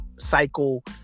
cycle